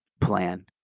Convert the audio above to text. plan